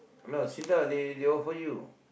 !walao! sit up leh they offer you